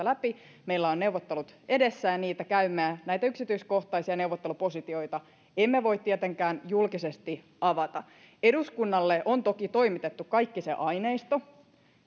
läpi meillä on neuvottelut edessä ja niitä käymme näitä yksityiskohtaisia neuvottelupositioita emme voi tietenkään julkisesti avata eduskunnalle on toki toimitettu kaikki se aineisto